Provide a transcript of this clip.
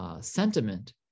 sentiment